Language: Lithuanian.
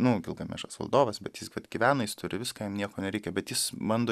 nu gilgamešas valdovas bet jis vat gyvena jis turi viską jam nieko nereikia bet jis bando